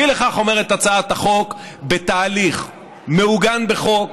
אי לכך, אומרת הצעת החוק, בתהליך המעוגן בחוק